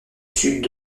sud